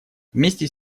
вместе